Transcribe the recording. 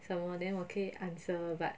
什么 then 我可以 answer but